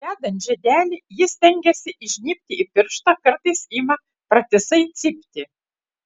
dedant žiedelį ji stengiasi įžnybti į pirštą kartais ima pratisai cypti